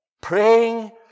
praying